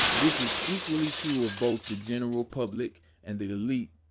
this is equally true of both the general public and the elite.